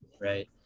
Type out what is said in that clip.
Right